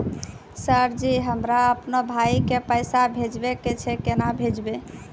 Sir ji हमरा अपनो भाई के पैसा भेजबे के छै, केना भेजबे?